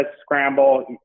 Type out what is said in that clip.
scramble